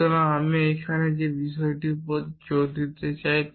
সুতরাং আমি এখানে যে বিষয়টির উপর জোর দিতে চাই